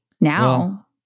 now